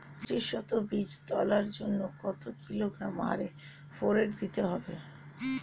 পঁচিশ শতক বীজ তলার জন্য কত কিলোগ্রাম হারে ফোরেট দিতে হবে?